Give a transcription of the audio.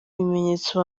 ibimenyetso